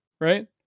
right